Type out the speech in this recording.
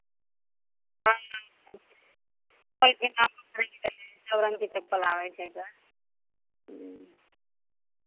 हँ कोइ भी नापके मिल जेतै सभ रङ्गके चप्पल आबै छै तऽ ह्म्म